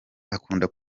akunze